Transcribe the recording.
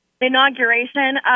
inauguration